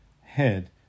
head